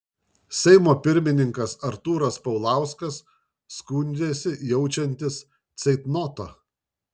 seimo pirmininkas artūras paulauskas skundėsi jaučiantis ceitnotą